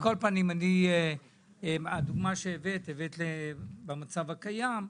על כל פנים, הדוגמה שהבאת במצב הקיים,